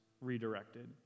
redirected